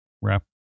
wrap